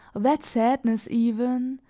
that sadness even,